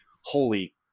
Holy